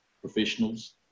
professionals